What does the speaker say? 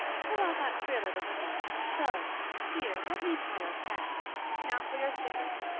pull out that frill a little more so here, let me tie your sash now for your slippers.